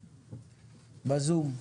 בזום.